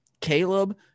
Caleb